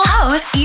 House